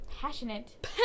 Passionate